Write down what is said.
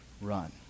run